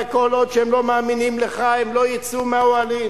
וכל עוד הם לא מאמינים לך הם לא יצאו מהאוהלים,